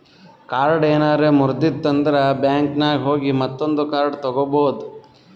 card ಏನಾರೆ ಮುರ್ದಿತ್ತಂದ್ರ ಬ್ಯಾಂಕಿನಾಗ್ ಹೋಗಿ ಮತ್ತೊಂದು ಕಾರ್ಡ್ ತಗೋಬೋದ್